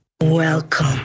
welcome